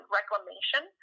reclamation